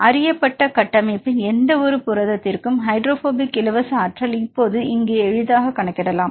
அறியப்பட்ட கட்டமைப்பின் எந்தவொரு புரதத்திற்கும் ஹைட்ரோபோபிக் இலவச ஆற்றல் இப்போது எளிதாக கணக்கிடுலாம்